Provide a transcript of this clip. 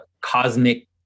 cosmic